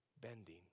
bending